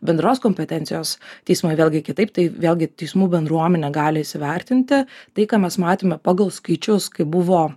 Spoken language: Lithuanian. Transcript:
bendros kompetencijos teismai vėlgi kitaip tai vėlgi teismų bendruomenė gali įsivertinti tai ką mes matėme pagal skaičius kaip buvo